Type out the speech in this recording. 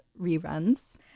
reruns